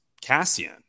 Cassian